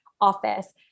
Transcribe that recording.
office